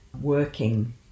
working